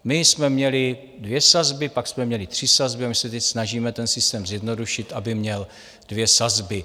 My jsme měli dvě sazby, pak jsme měli tři sazby a my se teď snažíme ten systém zjednodušit, aby měl dvě sazby.